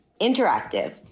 interactive